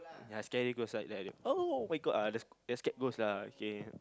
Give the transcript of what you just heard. ya scary ghost like like [oh]-my-god ah the the scared ghost lah okay